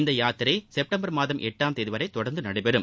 இந்த யாத்திரை செப்டம்பர் மாதம் எட்டாம் தேதி வரை தொடர்ந்து நடைபெறும்